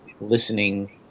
listening